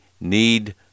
need